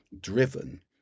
driven